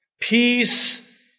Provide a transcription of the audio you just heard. Peace